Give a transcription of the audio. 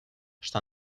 что